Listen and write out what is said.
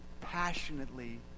passionately